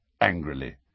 angrily